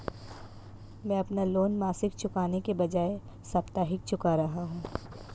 मैं अपना लोन मासिक चुकाने के बजाए साप्ताहिक चुका रहा हूँ